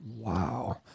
Wow